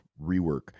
rework